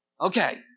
Okay